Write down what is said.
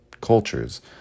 cultures